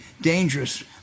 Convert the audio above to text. dangerous